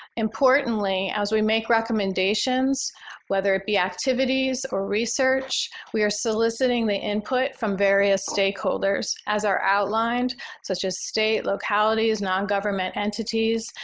importantly, as we make recommendations whether it'd be activities or research, we are soliciting the input from various stakeholders as our outline such as state, localities, non-government entities,